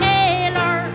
Taylor